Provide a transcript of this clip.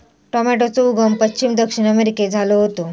टॉमेटोचो उगम पश्चिम दक्षिण अमेरिकेत झालो होतो